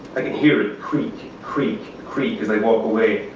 i can hear it creak, creak, creak as i walk away,